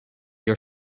your